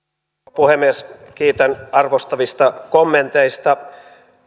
puhemies kiitän arvostavista kommenteista